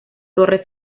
torre